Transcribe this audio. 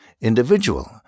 individual